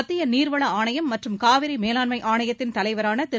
மத்திய நீர்வள ஆணையம் மற்றும் காவிரி மேலாண்மை ஆணையத்தின் தலைவரான திரு